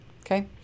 Okay